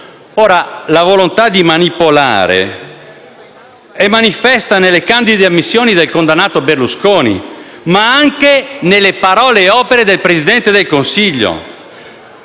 la volontà di manipolare è manifesta nelle candide ammissioni del condannato Berlusconi, ma anche nelle parole e opere del Presidente del Consiglio.